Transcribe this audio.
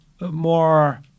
more